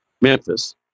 Memphis